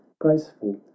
graceful